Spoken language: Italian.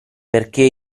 perché